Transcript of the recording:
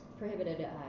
Prohibited